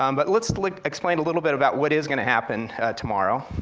um but let's like explain a little bit about what is gonna happen tomorrow,